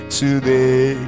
today